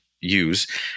use